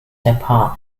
tepat